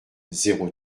zéro